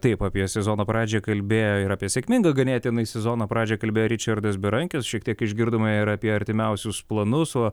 taip apie sezono pradžią kalbėjo ir apie sėkmingą ganėtinai sezono pradžią kalbėjo ričardas berankis šiek tiek išgirdome ir apie artimiausius planus o